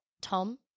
Tom